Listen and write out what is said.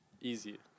easy